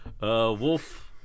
wolf